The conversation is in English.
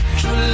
true